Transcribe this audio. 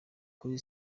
kuri